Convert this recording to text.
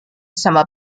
somewhat